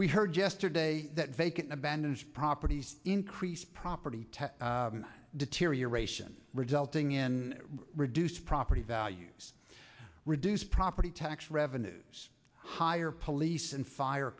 we heard yesterday that vacant abandoned properties increase property tax deterioration resulting in reduced property values reduced property tax revenues higher police and fire